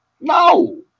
No